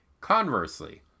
Conversely